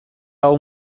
hau